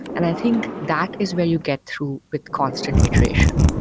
and i think that is where you get through with constant iteration.